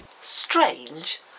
Strange